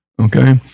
Okay